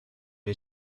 you